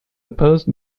opposed